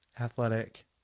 athletic